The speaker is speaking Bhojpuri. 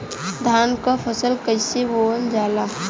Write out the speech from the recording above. धान क फसल कईसे बोवल जाला?